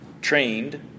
trained